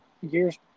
years